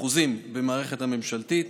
במערכת הממשלתית,